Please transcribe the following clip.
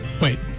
Wait